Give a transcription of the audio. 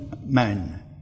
man